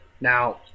Now